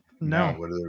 No